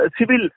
civil